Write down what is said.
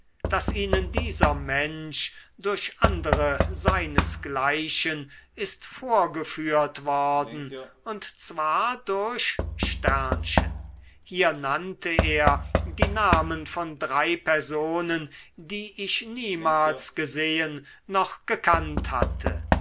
daß ihnen dieser mensch durch andere seinesgleichen ist vorgeführt worden und zwar durch hier nannte er die namen von drei personen die ich niemals gesehen noch gekannt hatte